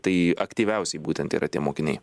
tai aktyviausi būtent yra tie mokiniai